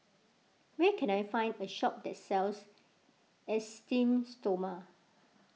where can I find a shop that sells Esteem Stoma